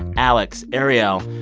alex, ariel,